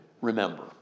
remember